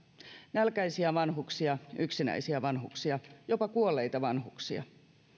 nälkäisiä vanhuksia yksinäisiä vanhuksia jopa kuolleita vanhuksia